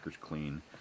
clean